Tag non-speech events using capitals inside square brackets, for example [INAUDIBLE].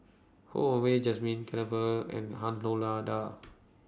Ho Wah Jesmine [UNINTELLIGIBLE] and Han [UNINTELLIGIBLE] La DA